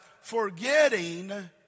forgetting